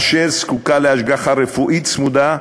אשר זקוקה להשגחה רפואית צמודה,